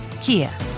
Kia